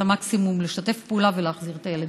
המקסימום לשתף פעולה ולהחזיר את הילד